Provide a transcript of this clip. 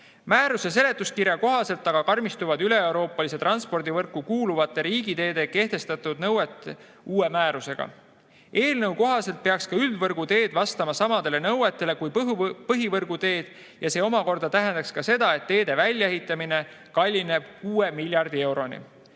Määruse seletuskirja kohaselt aga uue määrusega üleeuroopalisse transpordivõrku kuuluvatele riigiteedele kehtestatud nõuded karmistuvad. Eelnõu kohaselt peaks ka üldvõrguteed vastama samadele nõuetele kui põhivõrguteed ja see omakorda tähendaks seda, et teede väljaehitamine kallineb 6 miljardi euroni.